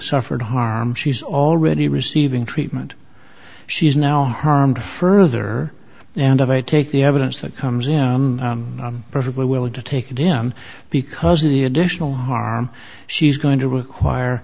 suffered harm she's already receiving treatment she's now harmed further and i'd take the evidence that comes in i'm perfectly willing to take him because of the additional harm she's going to require